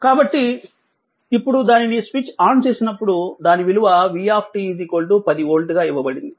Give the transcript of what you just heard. కాబట్టి ఇప్పుడు దానిని స్విచ్ ఆన్ చేసినప్పుడు దాని విలువ v 10 వోల్ట్ గా ఇవ్వబడింది